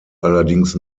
allerdings